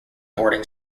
boarding